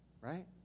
right